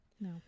no